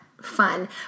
fun